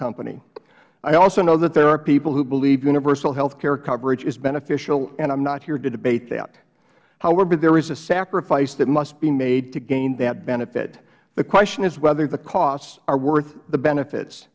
company i also know that there are people who believe universal health care coverage is beneficial and i am not here to debate that however there is a sacrifice that must be made to gain that benefit the question is whether the costs are worth the benefits